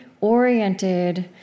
oriented